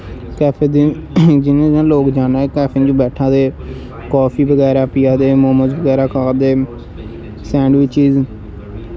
cafe दी जि'यां जि'यां लोग जाना दे कैफें च बैठा दे काफी बगैरा पीया दे मोमोस बगैरा खा दे सैंडबिचिस